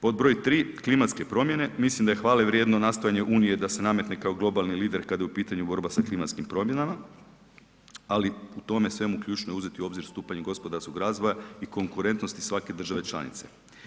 Pod broj tri, klimatske promjene, mislim da je hvale vrijedno nastojanje Unije da se nametne kao globalni lider kada je u pitanju borba sa klimatskim promjenama, ali u tome svemu ključno je uzeti u obzir stupanje gospodarskog razvoja i konkurentnosti svake države članice.